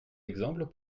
exemples